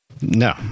No